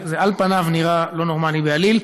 זה על פניו נראה לא נורמלי בעליל.